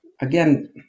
again